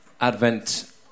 Advent